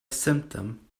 symptom